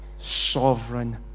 sovereign